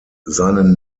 seinen